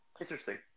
Interesting